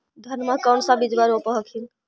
धनमा कौन सा बिजबा रोप हखिन?